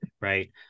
right